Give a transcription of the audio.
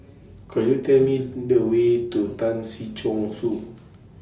Could YOU Tell Me to The Way to Tan Si Chong Su